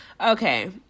Okay